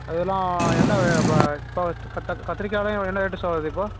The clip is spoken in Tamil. அது எல்லாம் என்ன இப்போ கோவத் கத்த கத்திரிக்காலியும் என்ன ரேட்டு சார் வருது இப்போது